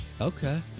Okay